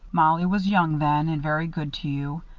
mollie was young then and very good to you.